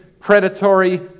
predatory